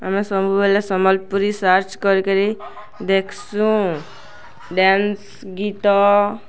ଆମେ ସବୁବେଳେ ସମ୍ବଲପୁରୀ ସର୍ଚ କରିକରି ଦେଖ୍ସୁଁ ଡ୍ୟାନ୍ସ ଗୀତ